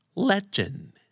Legend